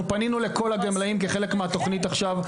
אנחנו פנינו לכל הגמלאים כחלק מהתוכנית עכשיו.